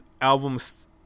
albums